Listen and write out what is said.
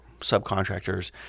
subcontractors